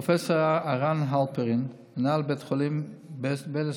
פרופ' ערן הלפרן, מנהל בית החולים בילינסון